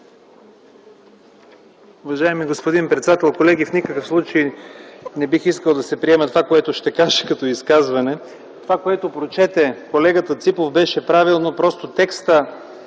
Уважаеми господин председател, колеги! В никакъв случай не бих искал да се приеме това, което ще кажа, като изказване. Това, което прочете колегата Ципов, беше правилно. Просто в текста